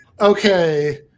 okay